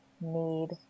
need